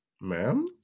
Ma'am